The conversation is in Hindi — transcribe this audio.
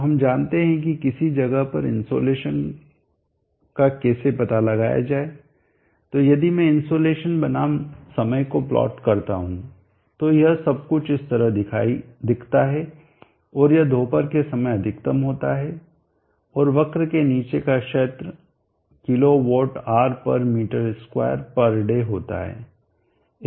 तो हम जानते हैं कि किसि जगह पर इनसोलेशन का कैसे पता लगाया जाए तो यदि मैं इनसोलेशन बनाम समय को प्लाट करता हूं तो यह कुछ इस तरह दिखता है और यह दोपहर के समय अधिकतम होता है और वक्र के नीचे का क्षेत्र kWhm2day होता है